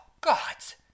gods